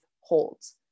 holds